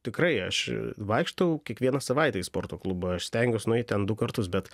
tikrai aš vaikštau kiekvieną savaitę į sporto klubą aš stengiuosi nueiti ten du kartus bet